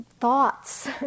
thoughts